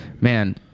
Man